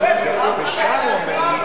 סעיף 15. אז אני רוצה לומר לך,